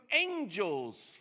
angel's